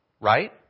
Right